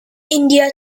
india